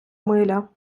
миля